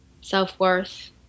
self-worth